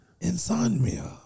insomnia